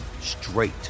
straight